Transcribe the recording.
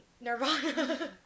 Nirvana